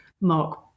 Mark